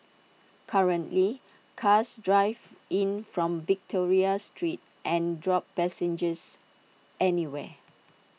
currently cars drive in from Victoria street and drop passengers anywhere